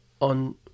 on